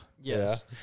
Yes